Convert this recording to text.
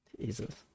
Jesus